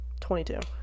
22